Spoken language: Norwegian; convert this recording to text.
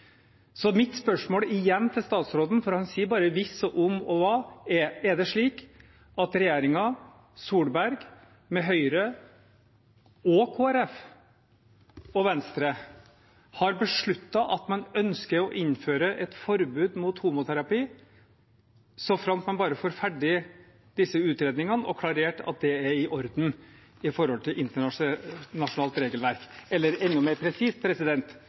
Mitt spørsmål til statsråden er igjen, for han sier bare hvis og om og hva: Er det slik at regjeringen Solberg, med Høyre, Kristelig Folkeparti og Venstre, har besluttet at man ønsker å innføre et forbud mot homoterapi, så framt man bare får ferdig disse utredningene og får klarert at det er i orden